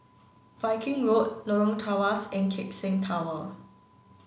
Viking Road Lorong Tawas and Keck Seng Tower